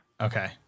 okay